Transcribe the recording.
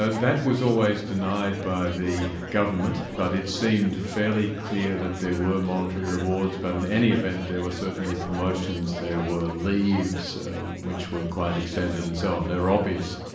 ah that was always denied by the government, but it seemed fairly clear that there were monetary rewards, but in any event there were certainly promotions, there were leaves which were quite extended and so on. there were obvious,